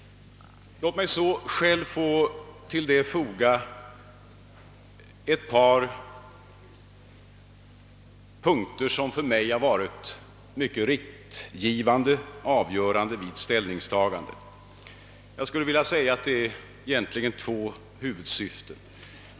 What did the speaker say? Det nya verket kan sägas ha två huvudsyften.